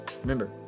Remember